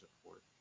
support